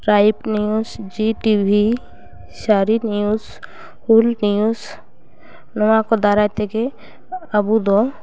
tribe news Zee TV ᱥᱟᱹᱨᱤ news ᱦᱩᱞ news ᱱᱚᱣᱟ ᱠᱚ ᱫᱟᱨᱟᱭ ᱛᱮᱜᱮ ᱟᱵᱚ ᱫᱚ